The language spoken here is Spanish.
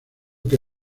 que